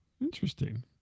interesting